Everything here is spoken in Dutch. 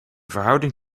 verhouding